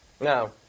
No